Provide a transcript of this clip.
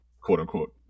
quote-unquote